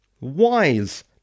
WISE